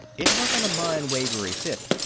it wasn't a mind-wavery fit.